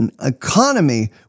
economy